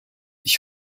ich